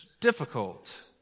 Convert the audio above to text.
difficult